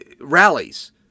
rallies